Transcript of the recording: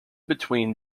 between